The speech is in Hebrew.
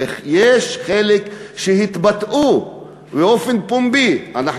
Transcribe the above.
ויש חלק שהתבטאו באופן פומבי: אנחנו